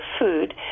food